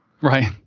Right